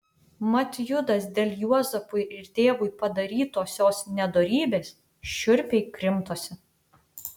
mat judas dėl juozapui ir tėvui padarytosios nedorybės šiurpiai krimtosi